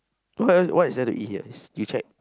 what is there to eat here you check